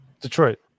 Detroit